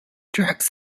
drax